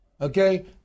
okay